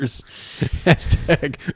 Hashtag